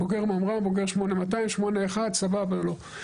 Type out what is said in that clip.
בוגר ממר"ם, בוגר 8200, סבבה לו.